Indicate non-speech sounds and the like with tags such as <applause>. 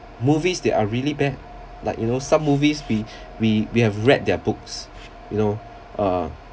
movies that are really bad like you know some movies we <breath> we we have read their books you know uh